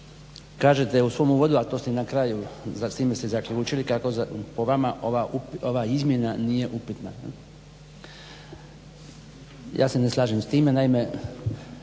kažete u svom uvodu, a to ste i na kraju, sa time ste zaključili kako po vama ova izmjena nije upitna. Ja se ne slažem sa time, naime